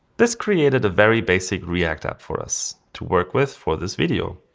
this created a very basic react app for us to work with for this video.